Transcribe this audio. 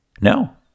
No